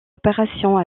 opérations